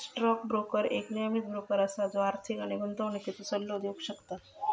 stock broker एक नियमीत broker असा जो आर्थिक आणि गुंतवणुकीचो सल्लो देव शकता